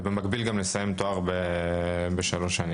ובמקביל גם לסיים תואר בשלוש שנים.